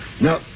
Now